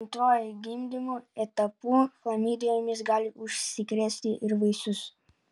antruoju gimdymo etapu chlamidijomis gali užsikrėsti ir vaisius